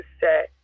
set